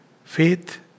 Faith